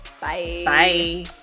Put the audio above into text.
Bye